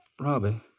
Robbie